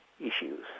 issues